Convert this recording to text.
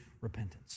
repentance